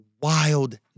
wild